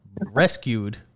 rescued